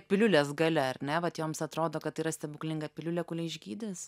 piliulės galia ar ne vat joms atrodo kad yra stebuklinga piliulė kuli išgydys